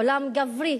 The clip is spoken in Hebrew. עולם גברי